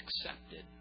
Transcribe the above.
accepted